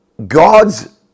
God's